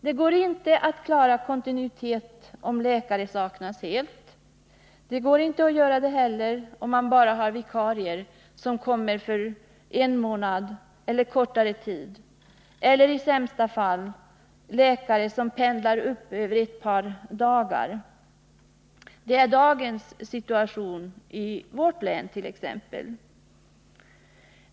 Det går inte att klara kontinuiteten om läkare saknas helt, om man bara har vikarier som kommer för en månad eller ännu kortare tid eller, i sämsta fall, om läkare pendlar upp över ett par dagar. Det är dagens situation i t.ex. mitt län.